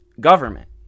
government